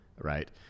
right